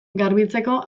garbitzeko